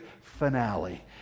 finale